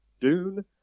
Dune